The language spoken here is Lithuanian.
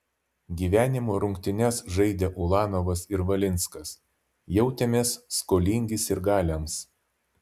gyvenimo rungtynes žaidę ulanovas ir valinskas jautėmės skolingi sirgaliams